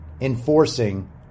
enforcing